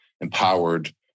empowered